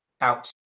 out